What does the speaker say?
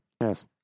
Yes